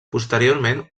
posteriorment